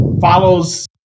follows